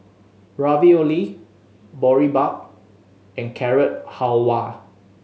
Ravioli Boribap and Carrot Halwa